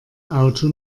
auto